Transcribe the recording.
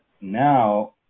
now